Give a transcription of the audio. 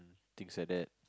things like that